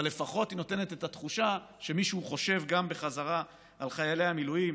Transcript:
אבל לפחות היא נותנת את התחושה שמישהו חושב בחזרה על חיילי המילואים.